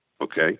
Okay